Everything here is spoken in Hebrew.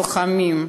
לוחמים,